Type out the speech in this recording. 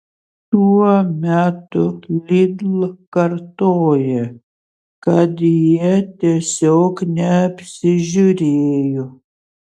tuo metu lidl kartoja kad jie tiesiog neapsižiūrėjo